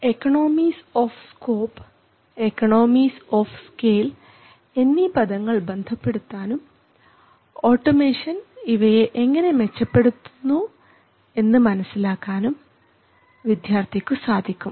economise of scope economies of scale എന്നീ പദങ്ങൾ ബന്ധപ്പെടുത്താനും ഓട്ടോമേഷൻ ഇവയെ എങ്ങനെ മെച്ചപ്പെടുത്തുന്നു എന്ന് മനസ്സിലാക്കാനും വിദ്യാർഥിക്കു സാധിക്കും